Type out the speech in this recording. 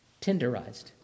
tenderized